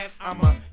I'ma